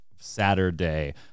Saturday